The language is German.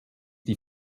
die